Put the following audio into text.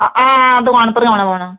आं दकान पर औने पौना